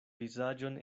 vizaĝon